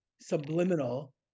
subliminal